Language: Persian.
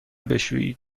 بشویید